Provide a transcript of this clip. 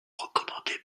recommandé